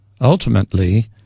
ultimately